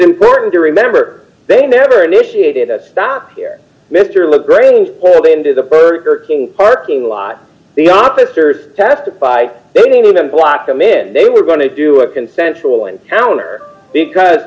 important to remember they never initiated the stop here mr le grange pulled into the burger king parking lot the officers testified they knew them blocked them in they were going to do a consensual encounter because